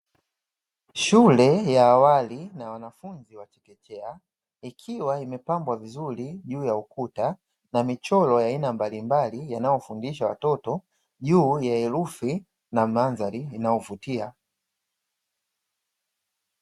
Shule ya awali na wanafunzi wa chekechea ikiwa imepambwa vizuri juu ya ukuta na michoro ya aina mbalimbali, yanayofundisha watoto juu ya herufi na mandhari inayovutia.